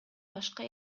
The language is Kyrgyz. башка